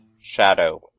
Shadow